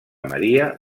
maria